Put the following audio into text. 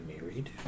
married